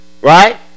right